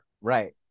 Right